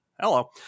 Hello